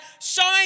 showing